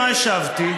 מה השבתי?